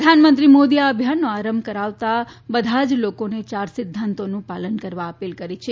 પ્રધાનમંત્રી નરેન્દ્ર મોદીએ આ અભિયાનનો આરંભ કરાવતા બધા જ લોકોને યાર સિદ્ધાંતોનું પાલન કરવા અપીલ કરી છે